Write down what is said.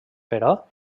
però